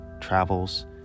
travels